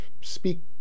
speak